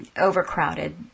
overcrowded